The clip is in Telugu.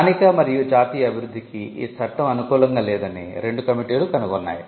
స్థానిక మరియు జాతీయ అభివృద్ధికి ఈ చట్టం అనుకూలంగా లేదని రెండు కమిటీలు కనుగొన్నాయి